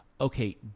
okay